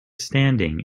standing